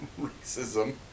racism